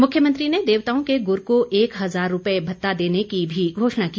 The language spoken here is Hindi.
मुख्यमंत्री ने देवताओं के गुर को एक हज़ार रूपये भत्ता देने की भी घोषणा की